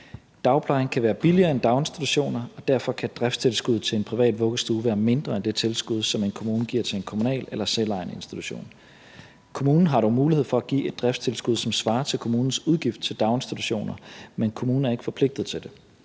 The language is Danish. Dagplejen kan være billigere end daginstitutioner, og derfor kan driftstilskuddet til en privat vuggestue være mindre end det tilskud, som en kommune giver til en kommunal eller selvejende institution. Kommunen har dog mulighed for at give et driftstilskud, som svarer til kommunens udgift til daginstitutioner, men kommunen er ikke forpligtet til det.